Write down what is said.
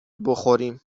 بخوریم